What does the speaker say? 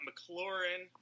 McLaurin